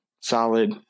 solid